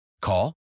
Call